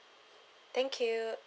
thank you